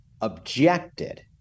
objected